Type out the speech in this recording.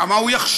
גם מה הוא יחשוב.